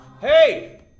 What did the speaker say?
Hey